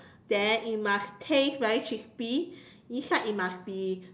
then it must taste very crispy inside it must be